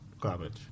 garbage